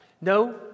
No